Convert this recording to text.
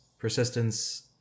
persistence